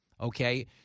okay